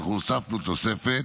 אנחנו הוספנו תוספת,